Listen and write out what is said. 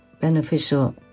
beneficial